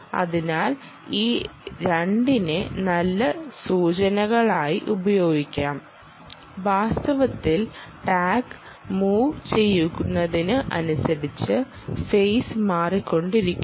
അതിനാൽ ഈ 2 നെ നല്ല സൂചകങ്ങളായി ഉപയോഗിക്കും വാസ്തവത്തിൽ ടാഗ് മൂവ് ചെയ്യുന്നതിനു അനുസരിച്ച് ഫേസ് മാറികൊണ്ടിരിക്കുന്നു